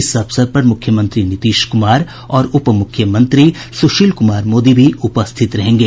इस अवसर पर मुख्यमंत्री नीतीश कुमार और उप मुख्यमंत्री सुशील कुमार मोदी भी उपस्थित रहेंगे